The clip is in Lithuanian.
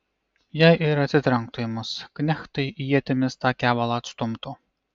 jei ir atsitrenktų į mus knechtai ietimis tą kevalą atstumtų